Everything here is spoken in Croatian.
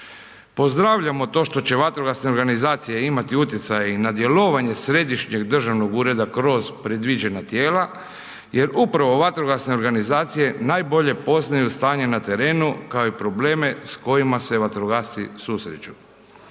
Pozdravljamo to što će vatrogasne organizacije imati utjecaj i na djelovanje Središnjeg državnog ureda kroz predviđena tijela jer upravo vatrogasne organizacije najbolje poznaju stanje na terenu kao i probleme s kojima se vatrogasci susreću.